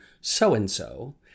so-and-so